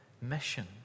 mission